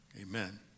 Amen